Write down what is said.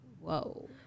Whoa